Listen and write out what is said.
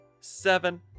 Seven